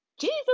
Jesus